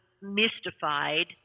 mystified